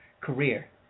career